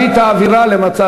למה להביא את האווירה למצב,